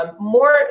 More